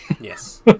Yes